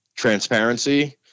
transparency